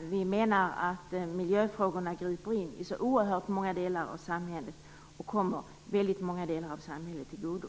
Vi menar att miljöfrågorna griper in i så oerhört många delar av samhället och kommer många delar av samhället till godo.